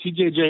TJJ